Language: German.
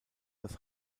das